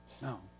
No